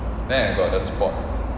then I got the sport